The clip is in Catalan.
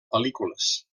pel·lícules